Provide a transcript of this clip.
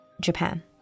Japan